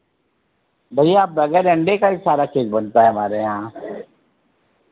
भैया बग़ैर अण्डे का ही सारा केक बनता है हमारे यहाँ